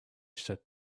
said